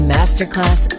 Masterclass